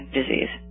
disease